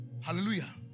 Hallelujah